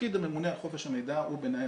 תפקיד הממונה על חופש המידע הוא בעיניי